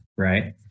right